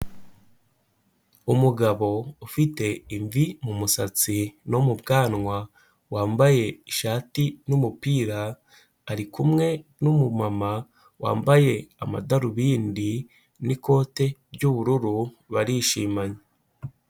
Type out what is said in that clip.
Umugabo ufite imvi mu musatsi no mu bwanwa, wambaye ishati n'umupira, ari kumwe n'umumama wambaye amadarubindi n'ikote ry'ubururu, barishimanye.